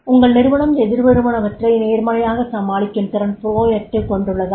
உங்கள் நிறுவனம் எதிர்வருவனவற்றை நேர்மறையாகச் சமாளிக்கும் திறன் பெற்றுள்ளதா